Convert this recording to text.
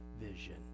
vision